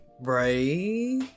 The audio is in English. Right